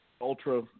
ultra